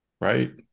right